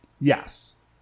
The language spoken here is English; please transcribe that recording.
Yes